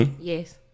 Yes